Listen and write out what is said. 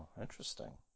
interesting